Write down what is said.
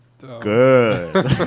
Good